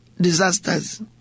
disasters